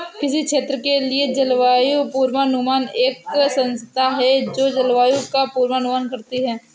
किसी क्षेत्र के लिए जलवायु पूर्वानुमान एक संस्था है जो जलवायु का पूर्वानुमान करती है